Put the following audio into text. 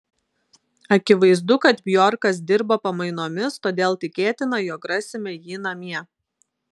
akivaizdu kad bjorkas dirba pamainomis todėl tikėtina jog rasime jį namie